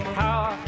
power